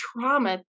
trauma